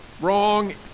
wrong